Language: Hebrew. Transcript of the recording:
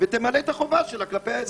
ותמלא חובתה כלפי האזרחים.